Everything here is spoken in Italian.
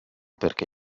perché